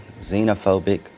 xenophobic